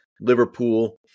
Liverpool